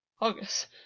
August